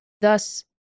thus